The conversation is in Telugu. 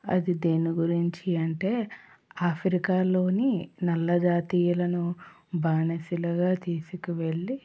అది దేని గురించి అంటే ఆఫ్రికాలోని నల్ల జాతీయులను బానిసలుగా తీసుకు వెెళ్లి